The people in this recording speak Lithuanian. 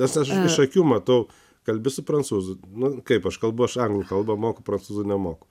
nes aš iš akių matau kalbi su prancūzų nu kaip aš kalbu aš anglų kalbą moku prancūzų nemoku